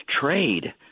trade